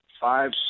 five